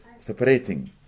separating